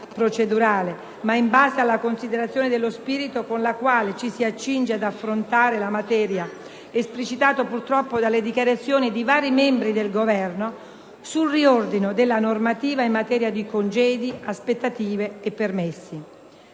procedurale, ma in base alla considerazione dello spirito con la quale ci si accinge ad affrontare la materia, esplicitato purtroppo dalle dichiarazioni di vari membri del Governo), sul riordino della normativa in materia di congedi, aspettative e permessi.